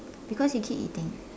because you keep eating